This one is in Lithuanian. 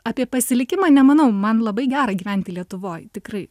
apie pasilikimą nemanau man labai gera gyventi lietuvoj tikrai